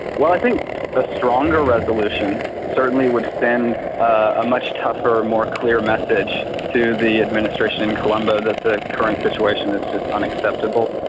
well, i think a stronger resolution certainly would send a much tougher, more clear message to the administration in colombo that the current situation is just unacceptable.